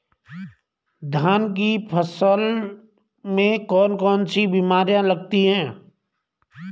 धान की फसल में कौन कौन सी बीमारियां लगती हैं?